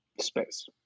Space